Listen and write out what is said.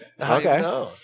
Okay